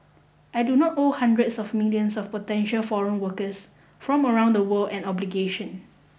I do not owe hundreds of millions of potential foreign workers from around the world an obligation